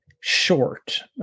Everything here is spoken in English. short